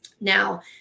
Now